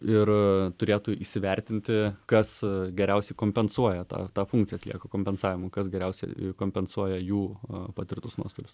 ir turėtų įsivertinti kas geriausiai kompensuoja tą tą funkciją atlieka kompensavimo kas geriausiai kompensuoja jų patirtus nuostolius